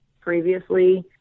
previously